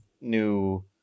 new